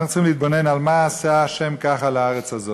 אנחנו צריכים להתבונן על מה עשה ה' ככה לארץ הזאת.